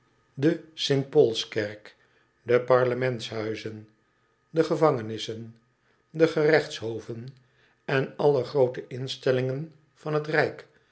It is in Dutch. de st paulskerk de parlementshuizen de gevangenissen de gerechtshoven en alle groot e instellingen van het rijk